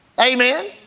Amen